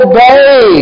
Obey